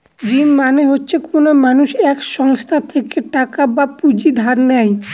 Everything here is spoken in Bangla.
ঋণ মানে হচ্ছে কোনো মানুষ এক সংস্থা থেকে টাকা বা পুঁজি ধার নেয়